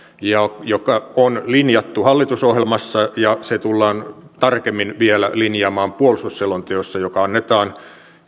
joka on linjattu hallitusohjelmassa ja se tullaan tarkemmin vielä linjaamaan puolustusselonteossa joka annetaan